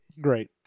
Great